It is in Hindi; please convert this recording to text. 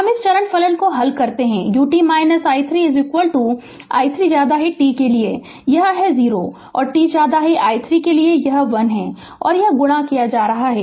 हम इस चरण फलन को हल करते हैं u t i 3 t i 3 के लिए यह 0 है और t i 3 के लिए यह 1 है और गुणा किया जाता है